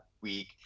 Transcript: week